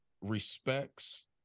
respects